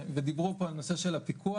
ודיברו פה על הנושא של הפיקוח,